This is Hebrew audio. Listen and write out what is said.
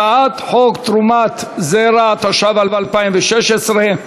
הצעת חוק תרומת זרע, התשע"ו 2016,